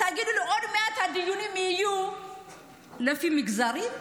תגידו לי, עוד מעט הדיונים יהיו לפי מגזרים?